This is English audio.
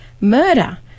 murder